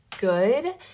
good